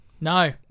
No